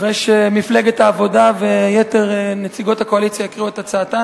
אחרי שמפלגת העבודה ויתר נציגות הקואליציה הקריאו את הצעתן,